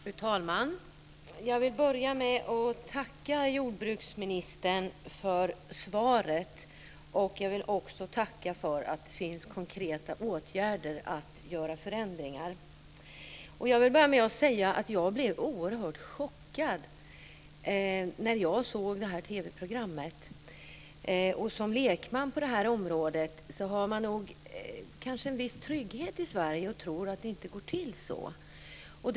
Fru talman! Jag vill börja med att tacka jordbruksministern för svaret. Jag vill också tacka för att det finns konkreta åtgärder och att man vill göra förändringar. Sedan vill jag säga att jag blev oerhört chockad när jag såg det här TV-programmet. Som lekman på det här området känner man kanske en viss trygghet i Sverige och tror att det inte går till så här.